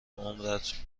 عمرت